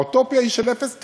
האוטופיה היא של אפס תאונות: